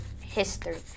history